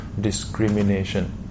discrimination